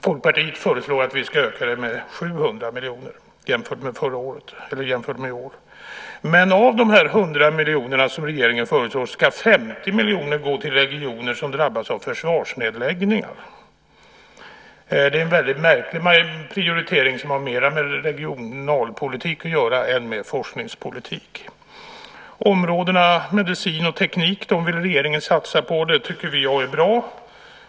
Folkpartiet föreslår att det anslaget ska öka med 700 miljoner jämfört med i år. Men av de 100 miljonerna som regeringen föreslår ska 50 miljoner gå till regioner som drabbats av försvarsnedläggningar. Det är en väldigt märklig prioritering som har mera med regionalpolitik att göra än med forskningspolitik. Regeringen vill satsa på områdena medicin och teknik, och det tycker jag är bra.